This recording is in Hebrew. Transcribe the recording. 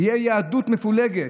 תהיה יהדות מפולגת.